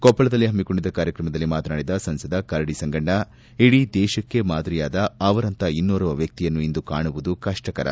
ಕೊಪ್ಪಳದಲ್ಲಿ ಪಮ್ಮಕೊಂಡಿದ್ದ ಕಾರ್ಯಕ್ರಮದಲ್ಲಿ ಮಾತನಾಡಿದ ಸಂಸದ ಕರಡಿ ಸಂಗಣ್ಣ ಇಡೀ ದೇಶಕ್ಕೇ ಮಾದರಿಯಾದ ಅವರಂತಹ ಇನ್ನೋರ್ವ ವ್ಯಕ್ತಿಯನ್ನು ಇಂದು ಕಾಣುವುದು ಕಷ್ಟಕರ